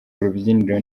rubyiniro